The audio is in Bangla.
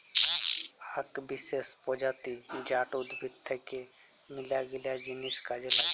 আক বিসেস প্রজাতি জাট উদ্ভিদ থাক্যে মেলাগিলা জিনিস কাজে লাগে